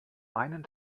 einen